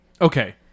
Okay